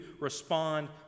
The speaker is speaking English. respond